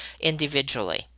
individually